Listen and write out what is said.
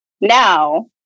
now